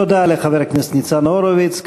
תודה לחבר הכנסת ניצן הורוביץ.